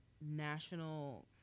national